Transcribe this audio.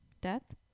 death